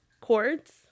cords